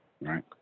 right